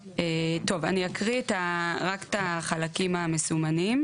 טוב, אני אקריא רק את החלקים המסומנים.